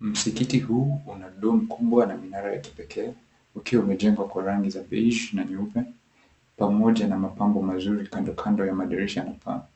Msikiti huu una dom kubwa na minara yake ya kipekee ukiwa umejengwa kwa rangi za beige na nyeupe pamoja na mapambo mazuri kandokando ya madirisha na paa.